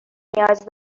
نیاز